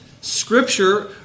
Scripture